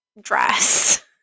dress